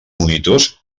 monitors